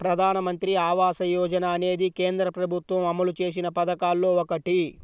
ప్రధానమంత్రి ఆవాస యోజన అనేది కేంద్ర ప్రభుత్వం అమలు చేసిన పథకాల్లో ఒకటి